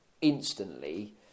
instantly